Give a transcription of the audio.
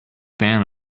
fan